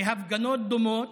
בהפגנות דומות,